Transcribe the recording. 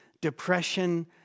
depression